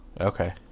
Okay